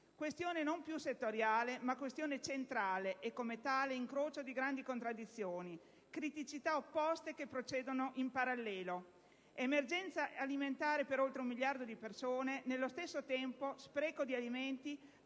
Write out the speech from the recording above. Questione non più settoriale, ma centrale e come tale incrocio di grandi contraddizioni e criticità opposte che procedono in parallelo: emergenza alimentare per oltre un miliardo di persone e nello, stesso tempo, spreco di alimenti